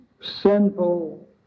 sinful